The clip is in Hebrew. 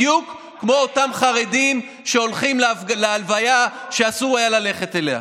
בדיוק כמו אותם חרדים שהולכים להלוויה שאסור היה ללכת אליה.